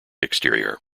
exterior